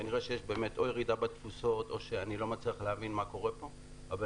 כנראה שיש או ירידה בתפוסות או שאני לא מצליח להבין מה קורה כאן אבל